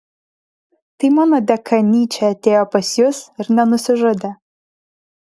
tai mano dėka nyčė atėjo pas jus ir nenusižudė